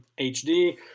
HD